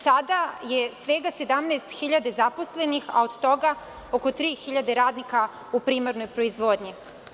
Sada je svega 17.000 zaposlenih, a od toga oko 3.000 radnika u primarnoj proizvodnji.